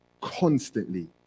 constantly